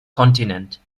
kontinent